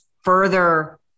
further